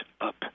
up